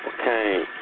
okay